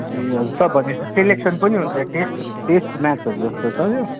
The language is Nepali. ए हजुर सब भनेपछि सेलेक्सन पनि हुन्छ टेस्ट टेस्ट म्याचहरू जस्तो हो सर यो